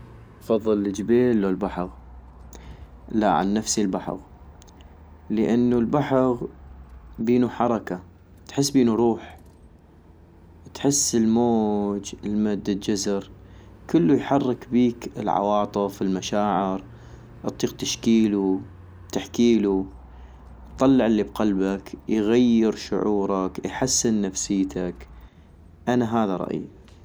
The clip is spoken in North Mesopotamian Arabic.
افضل الجبيل لو البحغ ؟- لا عن نفسي البحغ - لانو البحغ بينو حركة، تحس بينو روح ، تحس الموج ، المد الجزر، كلو يحرك بيك العواطف المشاعراطيق تشكيلو تحكيلو اطلع الي بقلبك ، يغير شعورك يحسن نفسيتك، انا هذا رأيي